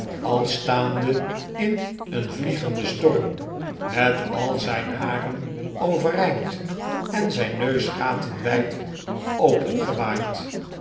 als staande in een vliegenden storm met al zijn haren overeind en zijn neusgaten wijd